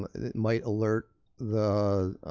that might alert the